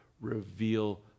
reveal